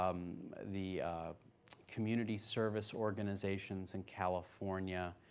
um the community service organizations in california,